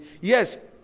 yes